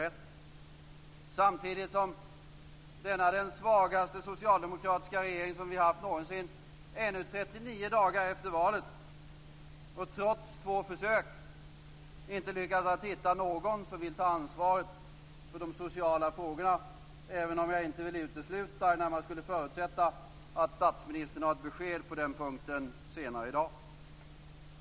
Det är samtidigt som denna den svagaste socialdemokratiska regeringen någonsin ännu 39 dagar efter valet, och trots två försök, inte har lyckats hitta någon som vill ta ansvar för de sociala frågorna - även om jag inte vill utesluta utan närmast förutsätter att statsministern har ett besked på den punkten senare i dag.